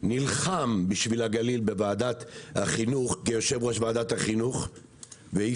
נלחם בשביל הגליל כיושב-ראש ועדת החינוך ואי